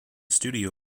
studio